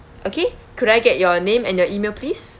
okay could I get your name and your email please